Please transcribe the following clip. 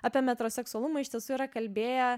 apie metro seksualumą iš tiesų yra kalbėję